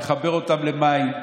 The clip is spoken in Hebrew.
לחבר אותם למים,